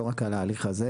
לא רק על ההליך הזה,